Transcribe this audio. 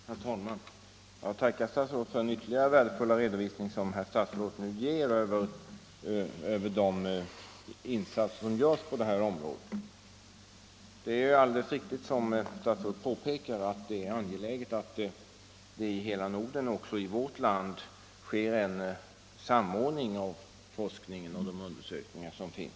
Herr talman! Jag tackar statsrådet för den ytterligare värdefulla redovisning som han nu ger över de insatser som skett på det här området. Det är alldeles riktigt, som statsrådet påpekar, att det är angeläget att det i hela Norden — och också i vårt land — sker en samordning av den forskning som bedrivs och de undersökningar som görs.